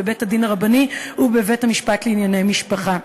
בבית-הדין הרבני ובבית-המשפט לענייני משפחה.